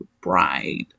bride